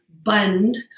Bund